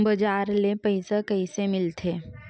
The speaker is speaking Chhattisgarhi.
बजार ले पईसा कइसे मिलथे?